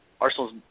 Arsenal's